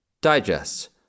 Digests